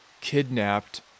Kidnapped